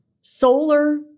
Solar